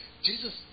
Jesus